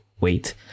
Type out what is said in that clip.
wait